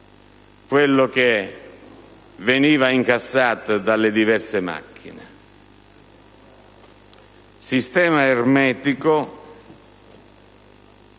quello che veniva incassato dalle diverse macchine. Sistema ermetico: